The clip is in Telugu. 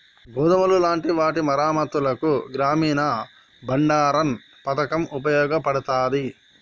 గోదాములు లాంటి వాటి మరమ్మత్తులకు గ్రామీన బండారన్ పతకం ఉపయోగపడతాది